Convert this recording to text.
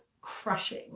crushing